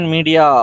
Media